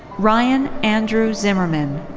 ryan andrew zimmerman.